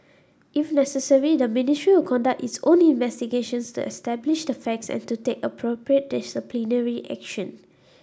if necessary the Ministry will conduct its own investigations to establish the facts and to take appropriate disciplinary action